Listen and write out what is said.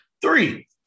Three